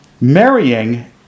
Marrying